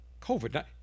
COVID